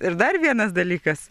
ir dar vienas dalykas